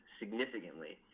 significantly